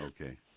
Okay